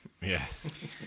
Yes